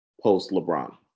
post-LeBron